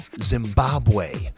Zimbabwe